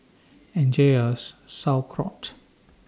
Enjoy your Sauerkraut